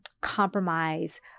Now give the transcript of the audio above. compromise